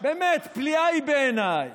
באמת, פליאה היא בעיניי.